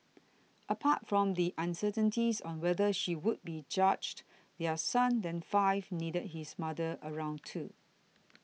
apart from the uncertainties on whether she would be charged their son then five needed his mother around too